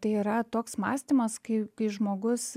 tai yra toks mąstymas kai kai žmogus